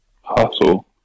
Hustle